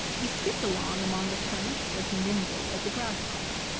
he skipped along among the turnips as nimble as a grasshopper,